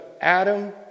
Adam